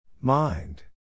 Mind